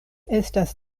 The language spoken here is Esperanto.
estas